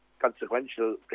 consequential